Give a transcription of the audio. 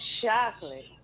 Chocolate